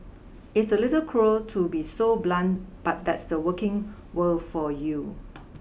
it's a little cruel to be so blunt but that's the working world for you